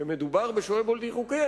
שמדובר בשוהה בלתי חוקי,